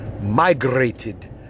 migrated